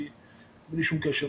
בלי שום קשר.